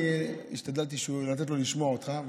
אני השתדלתי לתת לו לשמוע אותך,